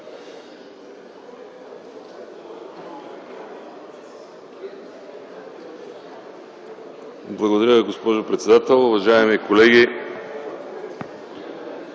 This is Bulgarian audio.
Благодаря Ви, госпожо председател. Уважаеми колеги,